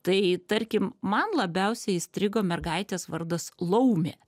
tai tarkim man labiausiai įstrigo mergaitės vardas laumė